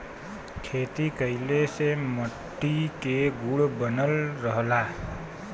खेती कइले से मट्टी के गुण बनल रहला